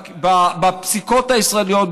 בפסיקות הישראליות,